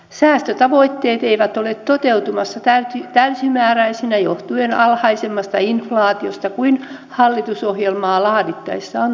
säästötavoitteet eivät ole toteutumassa täysimääräisinä johtuen alhaisemmasta inflaatiosta kuin mitä hallitusohjelmaa laadittaessa on arvioitu